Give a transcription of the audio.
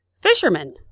Fisherman